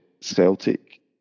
Celtic